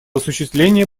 осуществление